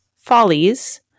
Follies